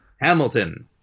Hamilton